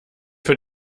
für